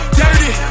dirty